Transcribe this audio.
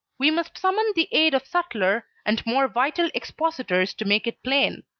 we must summon the aid of subtler and more vital expositors to make it plain.